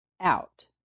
out